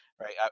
Right